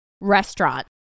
restaurant